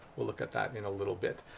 we'll look at that in a little bit.